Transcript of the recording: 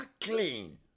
clean